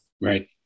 Right